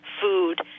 food